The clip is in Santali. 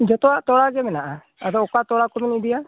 ᱡᱚᱛᱚᱣᱟᱜ ᱛᱚᱲᱟ ᱜᱮ ᱢᱮᱱᱟᱜᱼᱟ ᱟᱫᱚ ᱚᱠᱟ ᱛᱚᱲᱟ ᱠᱚᱵᱤᱱ ᱤᱫᱤᱭᱟ